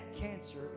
cancer